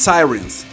Sirens